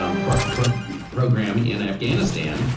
um program program in afghanistan.